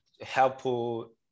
helpful